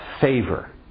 favor